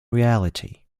reality